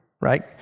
right